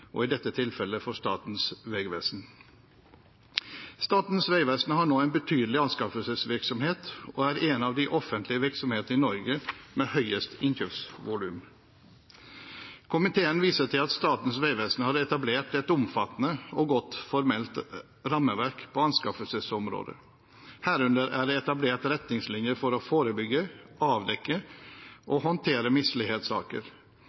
og i dette tilfellet for Statens vegvesen. Statens vegvesen har nå en betydelig anskaffelsesvirksomhet og er en av de offentlige virksomhetene i Norge med høyest innkjøpsvolum. Komiteen viser til at Statens vegvesen har etablert et omfattende og godt formelt rammeverk på anskaffelsesområdet. Herunder er det etablert retningslinjer for å forebygge, avdekke og håndtere mislighetssaker,